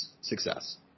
success